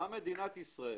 באה מדינת ישראל